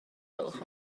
gwelwch